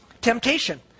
temptation